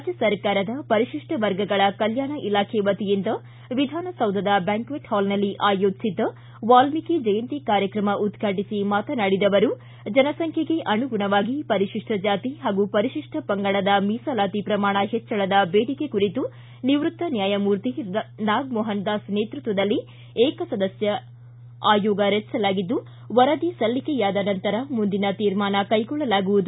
ರಾಜ್ಣ ಸರ್ಕಾರದ ಪರಿಶಿಷ್ಟ ವರ್ಗಗಳ ಕಲ್ಮಾಣ ಇಲಾಖೆ ವತಿಯಿಂದ ವಿಧಾನಸೌಧದ ಬ್ಹಾಂಕ್ಟೆಟ್ ಹಾಲ್ನಲ್ಲಿ ಆಯೋಜಿಸಿದ್ದ ವಾಲೀಕಿ ಜಯಂತಿ ಕಾರ್ಯತ್ರಮ ಉದ್ವಾಟಿಸಿ ಮಾತನಾಡಿದ ಅವರು ಜನಸಂಖ್ಯೆಗೆ ಅನುಗುಣವಾಗಿ ಪರಿಶಿಷ್ಟ ಜಾತಿ ಹಾಗೂ ಪರಿಶಿಷ್ಟ ಪಂಗಡದ ಮೀಸಲಾತಿ ಪ್ರಮಾಣ ಹೆಚ್ಚಳದ ದೇಡಿಕೆ ಕುರಿತು ನಿವೃತ್ತ ನ್ಯಾಯಮೂರ್ತಿ ನಾಗಮೋಹನ್ದಾಸ ನೇತೃತ್ವದಲ್ಲಿ ಏಕಸದಸ್ಯ ಆಯೋಗ ರಚಿಸಲಾಗಿದ್ದು ವರದಿ ಸಲ್ಲಿಕೆಯಾದ ನಂತರ ಮುಂದಿನ ತೀರ್ಮಾನ ಕೈಗೊಳ್ಳಲಾಗುವುದು